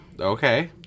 Okay